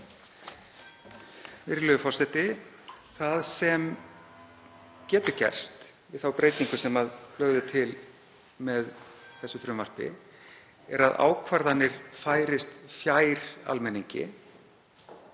Það sem getur gerst við þá breytingu sem lögð er til með þessu frumvarpi er að ákvarðanir færist fjær almenningi